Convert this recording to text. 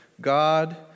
God